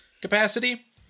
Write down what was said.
capacity